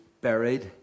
buried